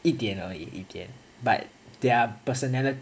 一点啊一点 but their personality